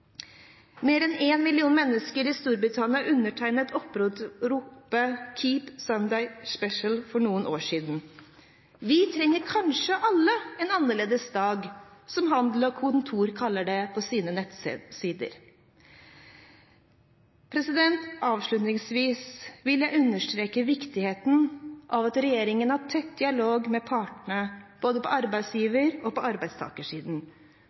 Mer enn én million mennesker i Storbritannia undertegnet oppropet «Keep Sunday Special» for noen år siden. Vi trenger kanskje alle «en annerledes dag», som Handel og Kontor kaller det på sine nettsider. Avslutningsvis vil jeg understreke viktigheten av at regjeringen har tett dialog med partene på både arbeidsgiver- og arbeidstakersiden.